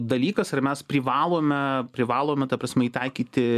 dalykas ir mes privalome privalome ta prasme jį taikyti